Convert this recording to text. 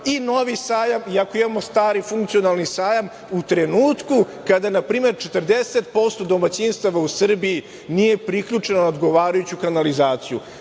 i novi sajam, iako imamo stari funkcionalni sajam, u trenutku kada npr. 40% domaćinstava u Srbiji nije priključeno na odgovarajuću kanalizaciju.